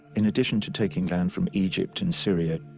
in addition to taking land from egypt and syria,